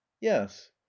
yes